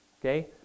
okay